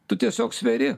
tu tiesiog sveri